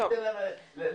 לא לתת להם להרחיב.